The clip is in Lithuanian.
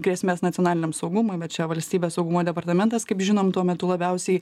grėsmes nacionaliniam saugumui bet čia valstybės saugumo departamentas kaip žinom tuo metu labiausiai